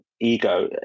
ego